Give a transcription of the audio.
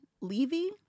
Levy